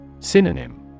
Synonym